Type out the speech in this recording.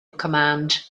command